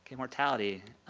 mortality.